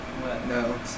No